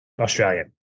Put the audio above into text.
Australian